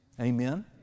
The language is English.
Amen